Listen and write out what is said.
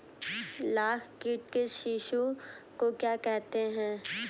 लाख कीट के शिशु को क्या कहते हैं?